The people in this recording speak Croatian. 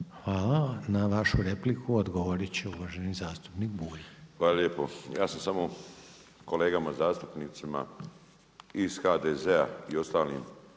Hvala. Na vašu repliku, odgovoriti će uvaženi zastupnik Bulj. **Bulj, Miro (MOST)** Hvala lijepo. Ja sam samo kolegama zastupnicima iz HDZ-a i ostalim